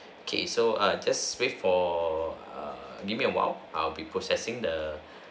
okay so err just wait for err give me a while I'll be processing the